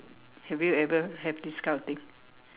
have you ever have this kind of thing